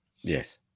Yes